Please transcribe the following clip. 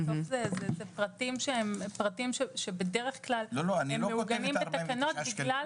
זה פרטים שבדרך כלל מעוגנים בתקנות -- אני לא כותב 49 שקלים.